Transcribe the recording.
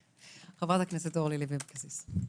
חברת הכנסת אורלי לוי אבקסיס.